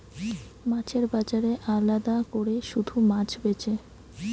মাছের বাজারে আলাদা কোরে শুধু মাছ বেচে